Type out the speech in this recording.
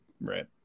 Right